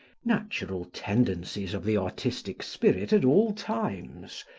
natural tendencies of the artistic spirit at all times,